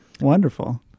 Wonderful